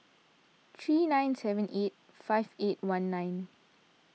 three nine seven eight five eight one nine